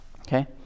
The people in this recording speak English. Okay